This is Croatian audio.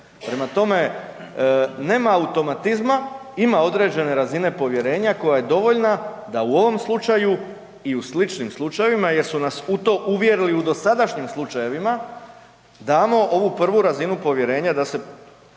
Prema tome, nema automatizma, ima određene razine povjerenja koja je dovoljna da u ovom slučaju i u sličnim slučajevima jer su nas u to uvjerili u dosadašnjim slučajevima damo ovu prvu razinu povjerenja da se